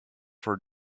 for